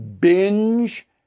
binge